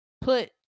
put